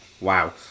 wow